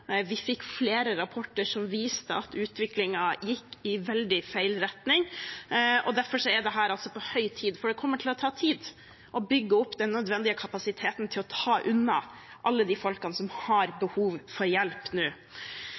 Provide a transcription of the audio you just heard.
Vi fikk flere rapporter som viste at utviklingen gikk i veldig feil retning. Derfor er dette altså på høy tid, for det kommer til å ta tid å bygge opp den nødvendige kapasiteten til å ta unna alle de menneskene som har behov for hjelp nå.